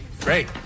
Great